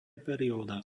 perióda